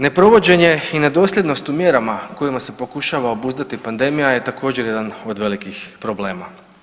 Ne provođenje i nedosljednost u mjerama kojima se pokušava obuzdati pandemija je također jedan od velikih problema.